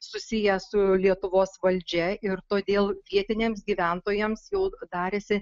susiję su lietuvos valdžia ir todėl vietiniams gyventojams jau darėsi